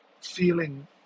feeling